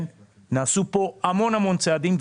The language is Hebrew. נעשו פה המון-המון צעדים,